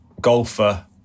golfer